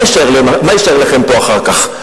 מה יישאר לכם פה אחר כך?